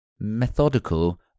methodical